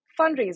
fundraising